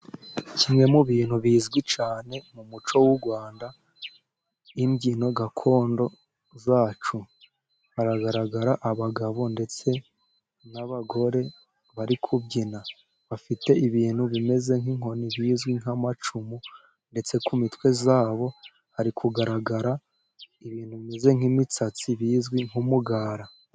Kimwe mu bintu bizwi cyane mu muco w'u Rwanda ,imbyino gakondo zacu ,haragaragara abagabo ndetse n'abagore bari kubyina ,bafite ibintu bimeze nk'inkoni bizwi nk'amacumu ndetse ku mitwe yabo hari kugaragara ibintu bimeze nk'imitsatsi bizwi nk'umugara.